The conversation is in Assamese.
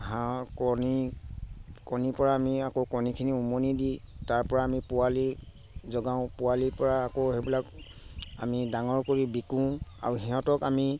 হাঁহ কণী কণীৰ পৰা আমি আকৌ কণীখিনি উমনি দি তাৰপৰা আমি পোৱালি জগাওঁ পোৱালিৰ পৰা আকৌ সেইবিলাক আমি ডাঙৰ কৰি বিকো আৰু সিহঁতক আমি